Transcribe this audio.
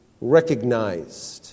recognized